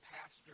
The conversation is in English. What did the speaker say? pastor